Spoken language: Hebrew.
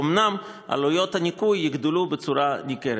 אולם עלויות הניקוי יגדלו בצורה ניכרת,